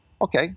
Okay